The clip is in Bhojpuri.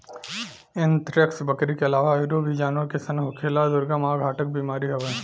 एंथ्रेक्स, बकरी के आलावा आयूरो भी जानवर सन के होखेवाला दुर्गम आ घातक बीमारी हवे